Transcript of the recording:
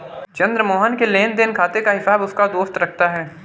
चंद्र मोहन के लेनदेन खाते का हिसाब उसका दोस्त रखता है